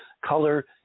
color